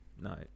No